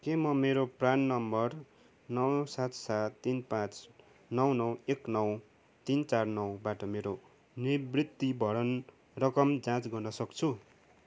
के म मेरो प्रान नम्बर नौ सात सात तिन पाँच नौ नौ एक नौ तीन चार नौबाट मेरो निवृत्तिभरण रकम जाँच गर्न सक्छु